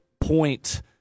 point